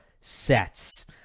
sets